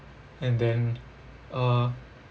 and then uh